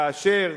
כאשר